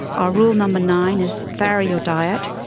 our rule number nine is vary your diet.